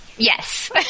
Yes